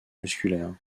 musculaire